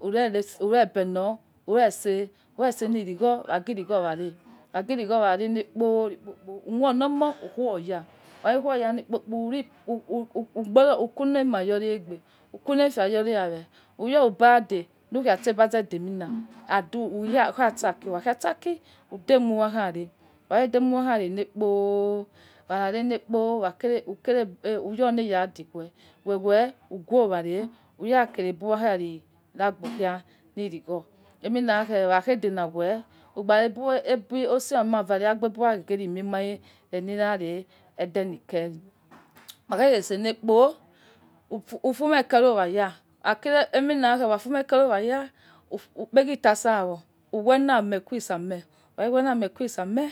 Uregbelo urese urese li kigwo wagi loigwo wale, wa loigwo khare le kpo li kpo kpo ukho lomo wa khue ya, ukuh ema yowegbe ukuli efia yooi awel iyo ubade lukhai seyi eha sade mila ukha saki ukha saki udemu wokhare, ukla ghe demu wakho rel uyo leya degwe wewe ugha ghe vare uwa kere use khai ragbo khai li inigho emi khe uwaghe deli gwe ugbara ougbu khai mie mare rehiye edele khe ri ukha ghe itsese lekpo ufumi owa ta ukha fume okerowa ya ukpege tasa ughe wame kue isame, ukage wame kue isame